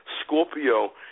Scorpio